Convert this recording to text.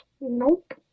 Nope